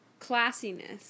classiness